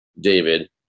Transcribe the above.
David